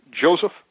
Joseph